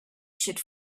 should